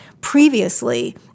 previously